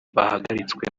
bahagaritswe